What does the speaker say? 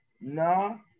No